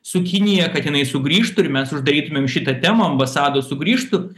su kinija kad jinai sugrįžtų ir mes uždarytumėm šitą temą ambasados sugrįžtų